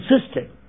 insisted